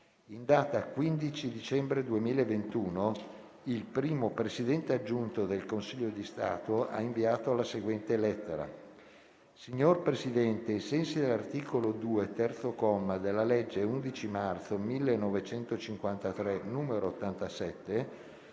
In data 15 dicembre 2021, il Primo Presidente aggiunto del Consiglio di Stato ha inviato la seguente lettera: «Signor Presidente, ai sensi dell'articolo 2, terzo comma, della legge 11 marzo 1953, n. 87,